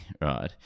right